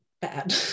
bad